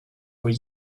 were